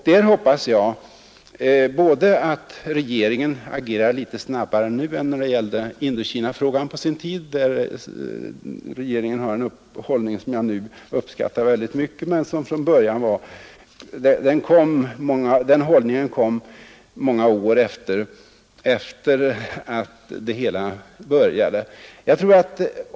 Där hoppas jag att regeringen agerar snabbare än när det på sin tid gällde Indokina — regeringen har nu där en hållning som jag i stora stycken uppskattar mycket, men den kom många år efter att det hela hade börjat.